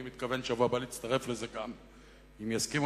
גם אני מתכוון בשבוע הבא להצטרף לזה, אם יסכימו.